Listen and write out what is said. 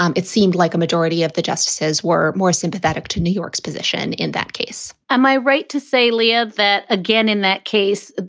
um it seemed like a majority of the justices were more sympathetic to new york's position in that case am i right to say live that again in that case?